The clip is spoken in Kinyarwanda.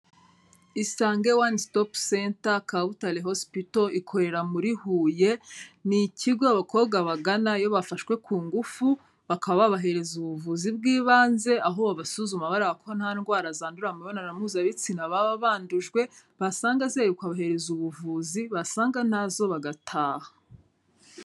Isange One Stop Center Kabutare hospital ikorera muri Huye, ni ikigo abakobwa bagana iyo bafashwe ku ngufu, bakaba babahereza ubuvuzi bw'ibanze aho babasuzuma bareba ko nta ndwara zandurira mu mibonano mpuzabitsina baba bandujwe, basanga zihari bakabahereza ubuvuzi basanga ntazo bagataha.